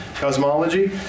cosmology